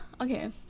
Okay